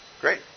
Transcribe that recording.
Great